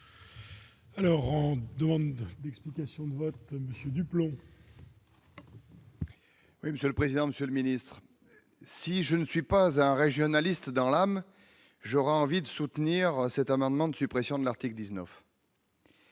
Alors rendez-demande d'explication du plomb. Oui, Monsieur le président, Monsieur le Ministre, si je ne suis pas un régionaliste dans l'âme, j'aurais envie de soutenir cette amendement de suppression de l'article 19.